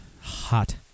hot